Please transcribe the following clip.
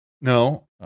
No